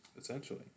essentially